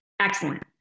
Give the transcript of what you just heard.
Excellent